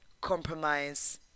compromise